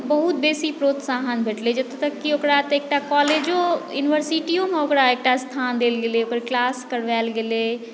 बहुत बेसी प्रोत्साहन भेटलै जतय तक की ओकरा एकटा कॉलेजो यूनिवर्सिटीओ मे एकटा स्थान देल गेलै ओकर क्लास करबायल गेलै